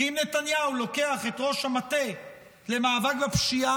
כי אם נתניהו לוקח את ראש המטה למאבק בפשיעה